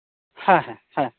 ᱦᱮᱸ ᱦᱮᱸ